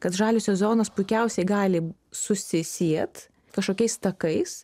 kad žaliosios zonos puikiausiai gali susisiet kažkokiais takais